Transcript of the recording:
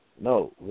no